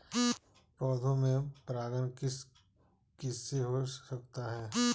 पौधों में परागण किस किससे हो सकता है?